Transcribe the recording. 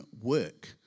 work